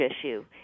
issue